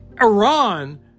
Iran